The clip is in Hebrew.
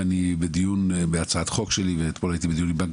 ואני בדיון בהצעת חוק שלי ואתמול הייתי בדיון בבנק